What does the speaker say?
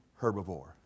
herbivore